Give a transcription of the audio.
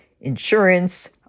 insurance